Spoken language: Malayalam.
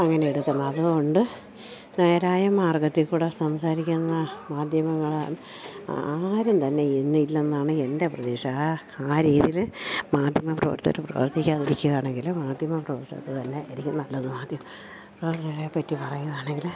അങ്ങനെ എടുക്കുന്നത് അതുകൊണ്ട് നേരായ മാർഗ്ഗത്തിൽകൂടെ സംസാരിക്കുന്ന മാധ്യമങ്ങള ആരും തന്നെ ഇന്നില്ല എന്നാണ് എൻ്റെ പ്രതീക്ഷ ആ ആ രീതിയിൽ മാധ്യമ പ്രവർത്തകർ പ്രവർത്തിക്കാതിരിക്കുയാണങ്കിൽ മാധ്യമ പ്രവർത്തനത്തിന് തന്നെ ആയിരിക്കും നല്ലത് മാധ്യമം പ്രവർത്തനത്തെ പറ്റി പറയുകയാണെങ്കിൽ